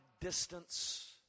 distance